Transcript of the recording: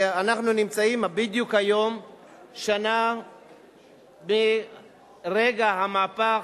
שאנחנו נמצאים בדיוק היום שנה מרגע המהפך,